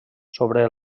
sobre